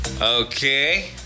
Okay